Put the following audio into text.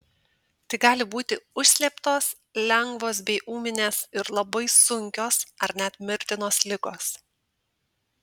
tai gali būti užslėptos lengvos bei ūminės ir labai sunkios ar net mirtinos ligos